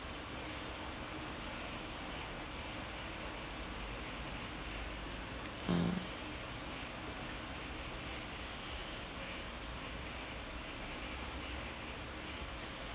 mm